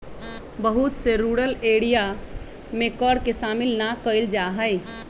बहुत से rural area में कर के शामिल ना कइल जा हई